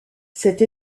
cette